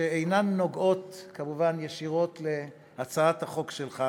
שאינן נוגעות כמובן ישירות להצעת החוק שלך,